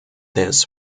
this